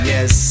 Yes